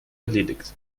erledigt